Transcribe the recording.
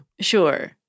Sure